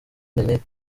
internet